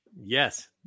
Yes